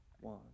One